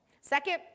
second